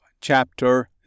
chapter